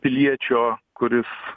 piliečio kuris